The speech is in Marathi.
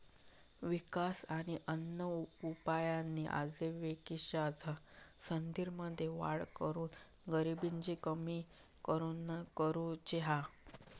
विकास आणि अन्य उपायांनी आजिविकेच्या संधींमध्ये वाढ करून गरिबी कमी करुची हा